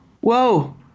Whoa